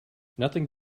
nothing